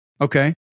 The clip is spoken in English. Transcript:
okay